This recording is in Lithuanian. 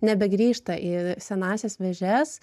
nebegrįžta į senąsias vėžes